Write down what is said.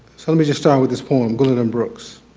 so let me just start with this poem, gwendolyn brooks.